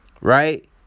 right